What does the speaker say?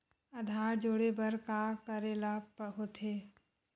आधार जोड़े बर का करे ला होथे?